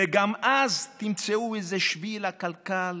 וגם אז תמצאו איזה שביל עקלקל